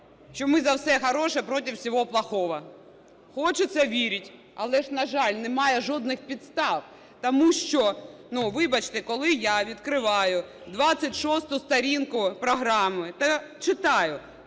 що ми за все хороше проти всього плохого. Хочеться вірити, але ж, на жаль, немає жодних підстав. Тому що вибачте, коли я відкриваю 26 сторінку програми та читаю: